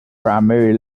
primary